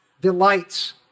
delights